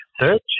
search